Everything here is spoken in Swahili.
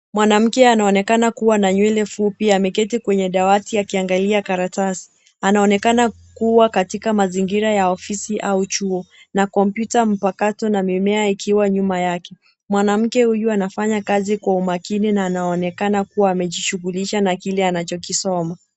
Mwanamke anaonekana kuwa na nywele fupi ameketi kwenye dawati akiangalia karatasi. Anaonekana kuwa katika mazingira ya ofisi au chuo na kompyuta mpakato na mimea ikiwa nyuma yake. Mwanamke huku anafanya kazi kwa umakini na anaonekana kuwa anajishughulisha na kile anachokisoma.